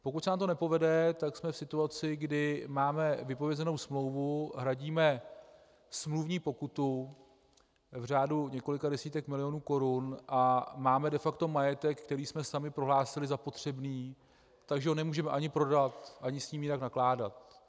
Pokud se nám to nepovede, jsme v situaci, kdy máme vypovězenou smlouvu, hradíme smluvní pokutu v řádu několika desítek milionů korun a máme de facto majetek, který jsme sami prohlásili za potřebný, takže ho nemůžeme ani prodat, ani s ním nijak nakládat.